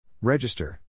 Register